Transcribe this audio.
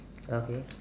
okay